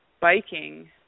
biking